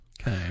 Okay